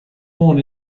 born